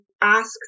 ask